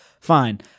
Fine